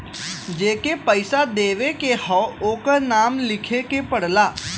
जेके पइसा देवे के हौ ओकर नाम लिखे के पड़ला